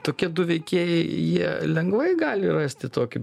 tokie du veikėjai jie lengvai gali rasti tokį